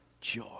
joy